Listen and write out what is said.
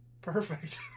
perfect